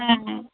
হ্যাঁ হ্যাঁ